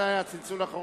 מתי היה הצלצול האחרון?